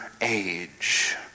age